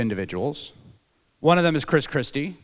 individuals one of them is chris christie